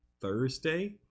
thursday